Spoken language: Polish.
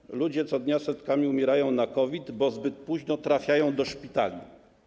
Co dnia ludzie setkami umierają na COVID, bo zbyt późno trafiają do szpitali.